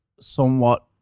somewhat